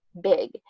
big